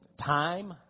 Time